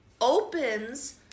opens